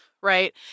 right